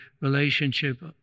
relationship